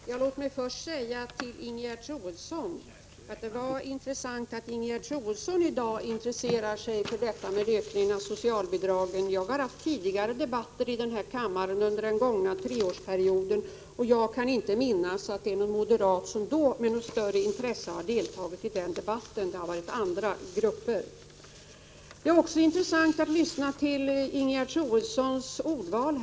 Herr talman! Låt mig först säga till Ingegerd Troedsson att det var intressant att hon i dag intresserade sig för en ökning av socialbidragen. Tidigare under den här treårsperioden har jag i den här saken haft debatter här i kammaren, men kan inte minnas att någon moderat har deltagit med större intresse, utan det har varit fråga om andra grupper. Det är också intressant att lyssna till Ingegerd Troedssons ordval.